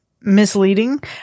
misleading